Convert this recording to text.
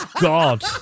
god